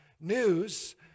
news